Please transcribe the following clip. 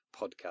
podcast